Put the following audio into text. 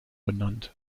benannt